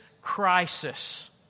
crisis